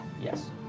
Yes